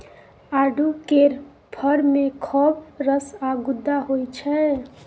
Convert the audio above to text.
आड़ू केर फर मे खौब रस आ गुद्दा होइ छै